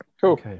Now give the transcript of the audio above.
Cool